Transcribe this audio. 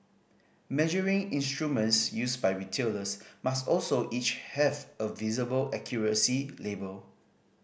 measuring instruments used by retailers must also each have a visible accuracy label